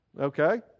Okay